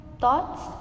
thoughts